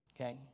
okay